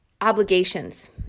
Obligations